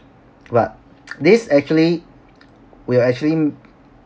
but this actually will actually